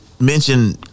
Mention